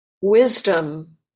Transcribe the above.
wisdom